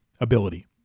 ability